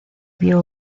vio